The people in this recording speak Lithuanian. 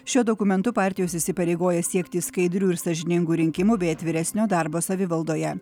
šiuo dokumentu partijos įsipareigoja siekti skaidrių ir sąžiningų rinkimų bei atviresnio darbo savivaldoje